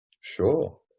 Sure